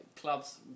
clubs